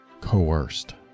coerced